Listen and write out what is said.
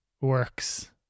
works